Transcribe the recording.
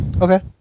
Okay